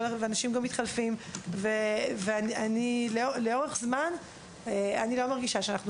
אנשים גם מתחלפים ולאורך זמן אני לא מרגישה שאנחנו